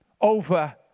over